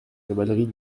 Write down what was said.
cavalerie